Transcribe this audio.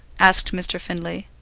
asked mr. findlay.